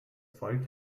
volk